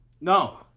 no